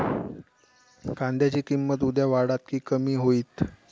कांद्याची किंमत उद्या वाढात की कमी होईत?